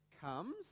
comes